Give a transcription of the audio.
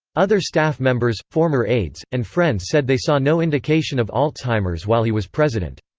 other staff members, former aides, and friends said they saw no indication of alzheimer's while he was president.